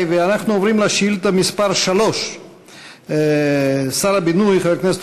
אנחנו עוברים לשאילתה מס' 3. שר הבינוי חבר הכנסת